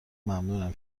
ممنونم